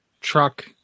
truck